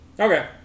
Okay